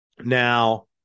Now